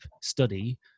study